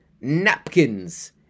napkins